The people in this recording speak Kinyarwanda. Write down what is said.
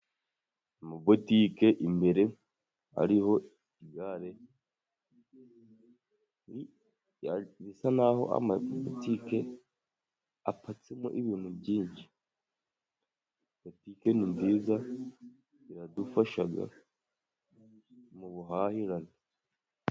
Amabutike imbere hariho igare, bisa naho amabutike hapatsemo ibintu byinshi. Butike ni nziza, iradufasha mu buhahirane.